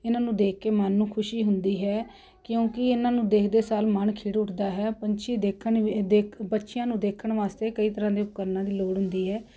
ਇਹਨਾਂ ਨੂੰ ਦੇਖ ਕੇ ਮਨ ਨੂੰ ਖੁਸ਼ੀ ਹੁੰਦੀ ਹੈ ਕਿਉਂਕਿ ਇਹਨਾਂ ਨੂੰ ਦੇਖਦੇ ਸਾਰ ਮਨ ਖਿੜ ਉੱਠਦਾ ਹੈ ਪੰਛੀ ਦੇਖਣ ਵੀ ਦੇਖ ਬੱਚਿਆਂ ਨੂੰ ਦੇਖਣ ਵਾਸਤੇ ਕਈ ਤਰ੍ਹਾਂ ਦੇ ਉਪਕਰਨਾਂ ਦੀ ਲੋੜ ਹੁੰਦੀ ਹੈ